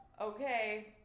Okay